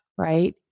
right